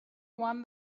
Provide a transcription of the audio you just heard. one